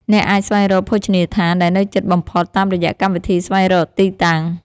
អ្នកអាចស្វែងរកភោជនីយដ្ឋានដែលនៅជិតបំផុត តាមរយៈកម្មវិធីស្វែងរកទីតាំង។